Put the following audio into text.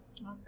Okay